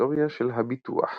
היסטוריה של הביטוח